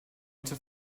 into